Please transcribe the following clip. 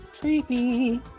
Creepy